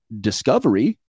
discovery